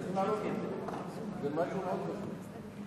שצריכים להעלות אותו.